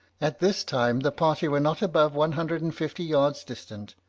at this time the party were not above one hundred and fifty yards distant,